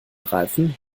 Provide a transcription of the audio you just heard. reifen